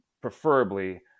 preferably